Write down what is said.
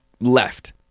left